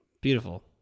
beautiful